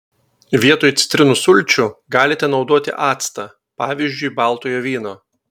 vietoj citrinų sulčių galite naudoti actą pavyzdžiui baltojo vyno